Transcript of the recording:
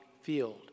field